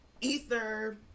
Ether